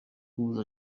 kubuza